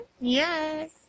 Yes